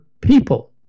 people